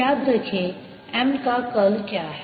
याद रखें M का कर्ल क्या है